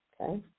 Okay